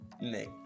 Nick